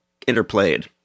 interplayed